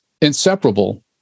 inseparable